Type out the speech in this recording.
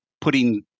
putting